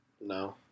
No